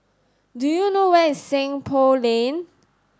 do you know where is Seng Poh Lane